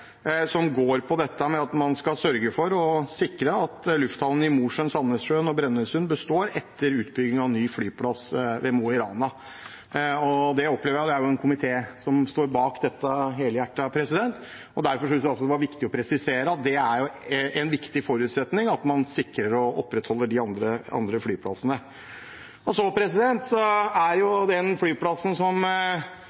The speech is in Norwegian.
at man skal sørge for at lufthavnene i Mosjøen, Sandnessjøen og Brønnøysund består etter utbyggingen av ny flyplass i Mo i Rana. Det opplever jeg at komiteen står helhjertet bak. Derfor synes jeg også det er viktig å presisere at det er en viktig forutsetning at man sikrer å opprettholde de andre flyplassene. Den flyplassen vi for andre gang gir klar tilbakemelding til regjeringen og statsråden om å få på plass og sikre et tilbud, er